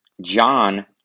john